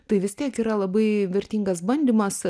tai vis tiek yra labai vertingas bandymas